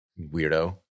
Weirdo